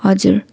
हजुर